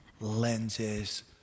lenses